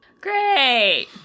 Great